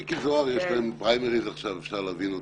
למיקי זוהר יש עכשיו פריימריס ואפשר להבין אותם.